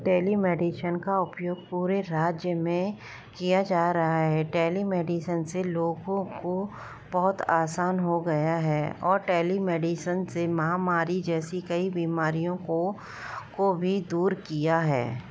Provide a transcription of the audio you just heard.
tele medicine का उपयोग पूरे राज्य में किया जा रहा है टेली मेडीसन से लोगो को बहुत आसान हो गया है और टेली मेडीशन से महामारी जैसी कई बीमारीयों को को भी दूर किया है